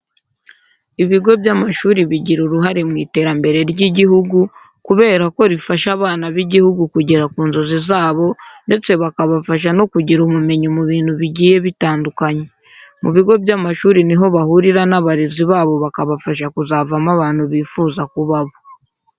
Ibigo by'amashuri bigira uruhare mu iterambere ry'igihugu kubera ko rifasha abana b'igihugu kugera ku nzozi zabo ndetse bakabasha no kugira ubumenyi mu bintu bigiye bitandukanye. Mu bigo by'amashuri ni ho bahurira n'abarezi babo bakabafasha kuzavamo abantu bifuza kuba bo.